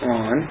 on